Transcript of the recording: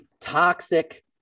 toxic